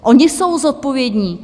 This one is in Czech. Oni jsou zodpovědní.